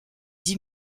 dix